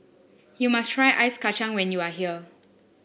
you must try Ice Kachang when you are here